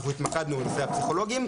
אנחנו התמקדנו בנושא הפסיכולוגים,